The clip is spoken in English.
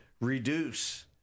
reduce